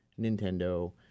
Nintendo